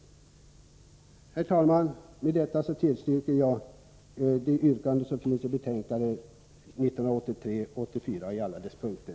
Herr talman! Med detta tillstyrker jag yrkandet i betänkande 1983/84:20 på alla punkter.